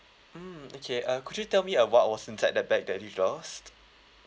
mm okay uh could you tell me uh what was inside the bag that you lost